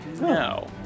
no